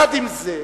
גם הסיעה, עם זה,